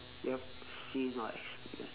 yup seen or experienced